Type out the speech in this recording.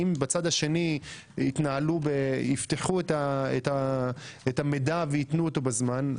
אם בצד השני יפתחו את המידע ויתנו אותו בזמן,